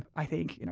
i think, you know